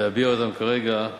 להביע אותן כרגע.